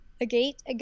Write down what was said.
Agate